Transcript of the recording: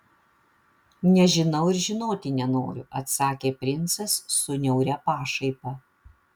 nežinau ir žinoti nenoriu atsakė princas su niauria pašaipa